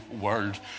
world